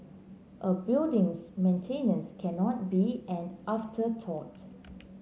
a building's maintenance cannot be an afterthought